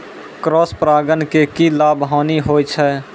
Cross परागण के की लाभ, हानि होय छै?